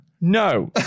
no